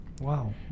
Wow